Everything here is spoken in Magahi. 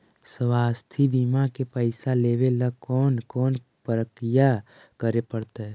स्वास्थी बिमा के पैसा लेबे ल कोन कोन परकिया करे पड़तै?